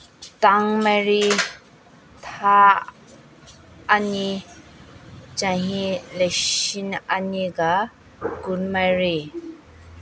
ꯇꯥꯡ ꯃꯔꯤ ꯊꯥ ꯑꯅꯤ ꯆꯍꯤ ꯂꯤꯁꯤꯡ ꯑꯅꯤꯒ ꯀꯨꯟꯃꯔꯤ